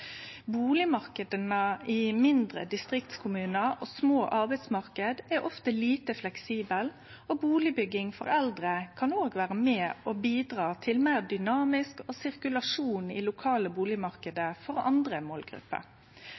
i mindre distriktskommunar og små arbeidsmarknader er ofte lite fleksible, og bustadbygging for eldre kan òg vere med og bidra til meir dynamikk og meir sirkulasjon i lokale bustadmarknader for andre målgrupper.